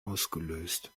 ausgelöst